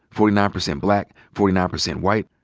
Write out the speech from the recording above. forty nine percent black, forty nine percent white,